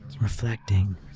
reflecting